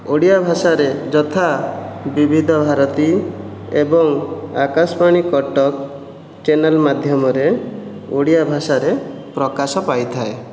ଓଡ଼ିଆ ଭାଷାରେ ଯଥା ବିବିଧ ଭାରତୀ ଏବଂ ଆକାଶ ବାଣୀ କଟକ ଚ୍ୟାନେଲ୍ ମାଧ୍ୟମରେ ଓଡ଼ିଆ ଭାଷାରେ ପ୍ରକାଶ ପାଇଥାଏ